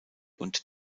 und